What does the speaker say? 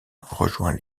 rejoint